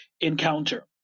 encounter